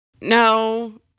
No